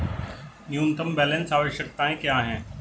न्यूनतम बैलेंस आवश्यकताएं क्या हैं?